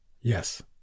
yes